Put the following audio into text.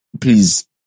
please